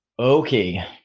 Okay